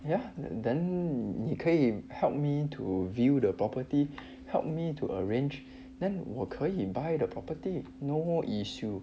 ya then 你可以 help me to view the property help me to arrange then 我可以 buy the property no issue